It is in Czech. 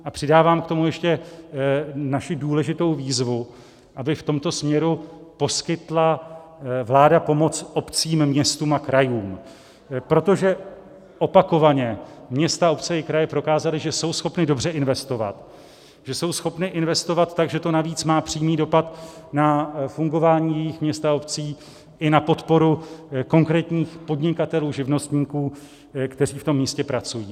A přidávám k tomu ještě naši důležitou výzvu, aby v tomto směru poskytla vláda pomoc obcím, městům a krajům, protože opakovaně města, obce i kraje prokázaly, že jsou schopny dobře investovat, že jsou schopny investovat tak, že to navíc má přímý dopad na fungování měst a obcí i na podporu konkrétních podnikatelů, živnostníků, kteří v tom místě pracují.